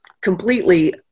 completely